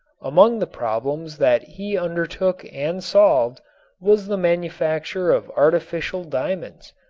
among the problems that he undertook and solved was the manufacture of artificial diamonds.